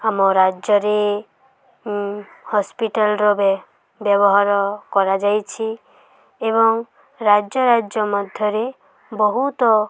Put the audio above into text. ଆମ ରାଜ୍ୟରେ ହସ୍ପିଟାଲର ବ୍ୟବହାର କରାଯାଇଛି ଏବଂ ରାଜ୍ୟ ରାଜ୍ୟ ମଧ୍ୟରେ ବହୁତ